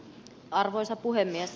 arvoisa puhemies